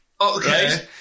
Okay